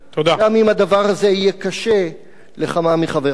גם אם הדבר הזה יהיה קשה לכמה מחברי.